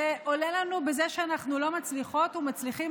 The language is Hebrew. זה עולה לנו בזה שאנחנו לא מצליחות ומצליחים